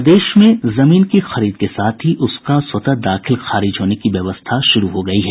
प्रदेश में जमीन की खरीद के साथ ही उसका स्वतः दाखिल खारिज होने की व्यवस्था शुरू हो गयी है